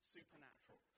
Supernatural